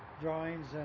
drawings